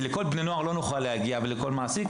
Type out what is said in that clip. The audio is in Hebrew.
ברור לנו שלא נוכל להגיע לכל בני הנוער ולכל המעסיקים,